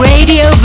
Radio